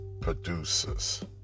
producers